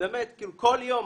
כל יום.